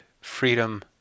freedom